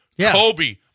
Kobe